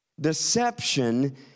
Deception